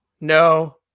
no